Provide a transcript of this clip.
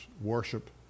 worship